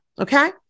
okay